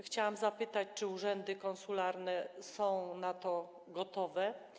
Chciałam zapytać: Czy urzędy konsularne są na to gotowe?